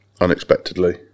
unexpectedly